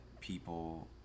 people